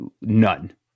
none